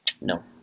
No